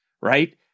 Right